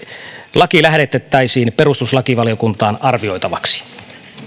laki lähetettäisiin perustuslakivaliokuntaan arvioitavaksi